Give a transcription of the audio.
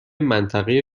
منطقه